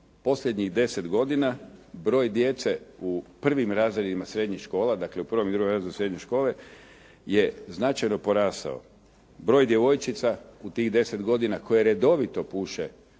posljednjih 10 godina broj djece u prvim razredima srednjih škola, dakle u 1. i 2. razredu srednje škole je značajno porasao broj djevojčica u tih 10 godina koje redovito puše